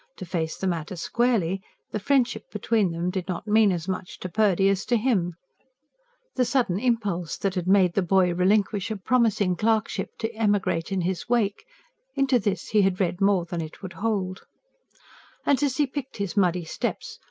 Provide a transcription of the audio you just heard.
to face the matter squarely the friendship between them did not mean as much to purdy as to him the sudden impulse that had made the boy relinquish a promising clerkship to emigrate in his wake into this he had read more than it would hold and, as he picked his muddy steps,